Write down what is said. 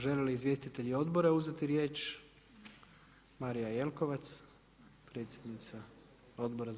Žele li izvjestitelji odbora uzeti riječ, Marija Jelkovac predsjednica Odbora za